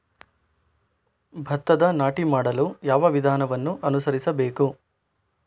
ಭತ್ತದ ನಾಟಿ ಮಾಡಲು ಯಾವ ವಿಧಾನವನ್ನು ಅನುಸರಿಸಬೇಕು?